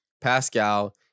Pascal